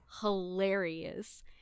hilarious